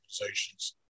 organizations